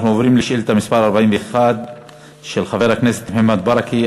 אנחנו עוברים לשאילתה מס' 41 של חבר הכנסת מוחמד ברכה,